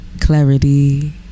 clarity